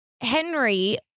Henry